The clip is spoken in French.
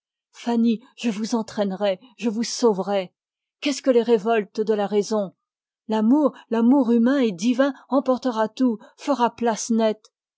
je vous entraînerai je vous sauverai qu'est-ce que les révoltes de la raison l'amour l'amour humain et divin emportera tout fera place nette